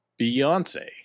Beyonce